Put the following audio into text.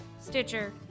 Stitcher